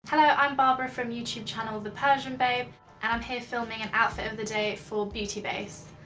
hello i'm barbara from youtube channel, the persian babe and i'm here filming an outfit of the day for beauty base.